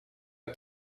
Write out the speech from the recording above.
and